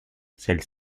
celles